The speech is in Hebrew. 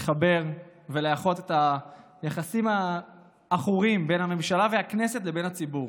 לחבר ולאחות את היחסים העכורים בין הממשלה והכנסת לבין הציבור.